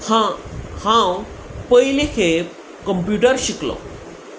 हां हांव पयलीं खेप कंप्युटर शिकलों